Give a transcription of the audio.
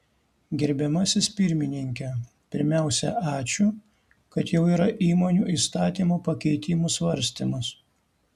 gerbiamasis pirmininke pirmiausia ačiū kad jau yra įmonių įstatymo pakeitimų svarstymas